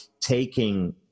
taking